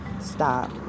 stop